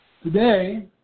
Today